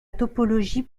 topologie